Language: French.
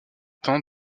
temps